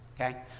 okay